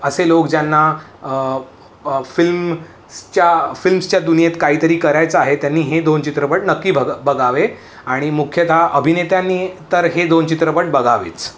असे लोक ज्यांना फिल्म स्च्या फिल्म्सच्या दुनियेत काहीतरी करायचं आहे त्यांनी हे दोन चित्रपट नक्की भग बघावे आणि मुख्यतः अभिनेत्यांनी तर हे दोन चित्रपट बघावेच